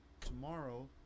tomorrow